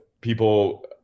people